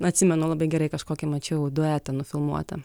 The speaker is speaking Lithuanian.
atsimenu labai gerai kažkokį mačiau duetą nufilmuotą